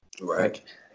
right